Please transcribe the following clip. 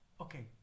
okay